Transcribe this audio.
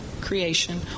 creation